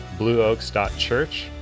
blueoaks.church